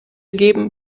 geben